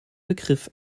begriff